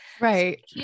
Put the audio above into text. Right